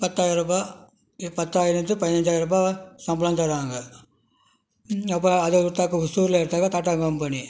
பத்தாயிரம் ருபா பத்தாயிரருந்து பதினஞ்சாயிரம் ருபா சம்பளம் தராங்க இந் அப்போ அதை எடுத்தாக்க ஓசூரில் எடுத்தாக்க டாட்டா கம்பெனி